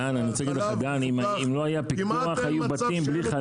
דן, אם לא היה פיקוח, היו בתים בלי חלב.